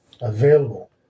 available